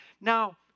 Now